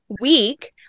week